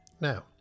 Now